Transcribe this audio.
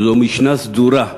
זו משנה סדורה,